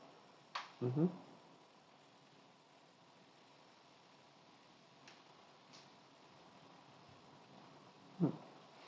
mmhmm mm